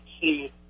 see